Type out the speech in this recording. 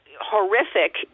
horrific